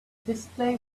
display